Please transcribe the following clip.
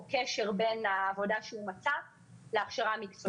קשר בין העבודה שהוא מצא לבין ההכשרה המקצועית.